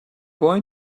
boy